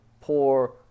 poor